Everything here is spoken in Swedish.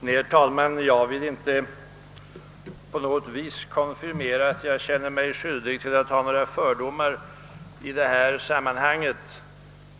Herr talman! Nej, jag vill inte konfirmera att jag på något sätt känner mig ha några fördomar i detta sammanhang.